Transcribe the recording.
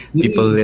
People